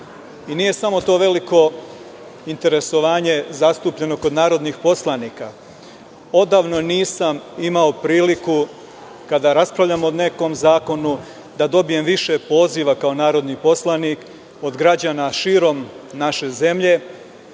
I nije samo to veliko interesovanje zastupljeno kod narodnih poslanika. Odavno nisam imao priliku, kada raspravljamo o nekom zakonu, da dobijem više poziva kao narodni poslanik od građana širom naše zemlje,